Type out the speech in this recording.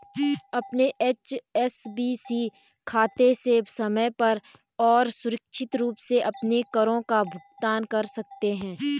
अपने एच.एस.बी.सी खाते से समय पर और सुरक्षित रूप से अपने करों का भुगतान कर सकते हैं